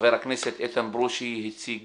חבר כנסת איתן ברושי הציג